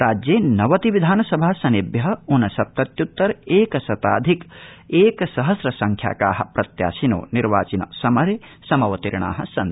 राज्ये नवति विधानसभासनेभ्य ऊनसप्तत्यृतर एक शताधिक एक सहस्र संख्याका प्रत्याशिनो निर्वाचन समरे समवतीर्णा सन्ति